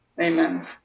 Amen